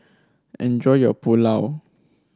enjoy your Pulao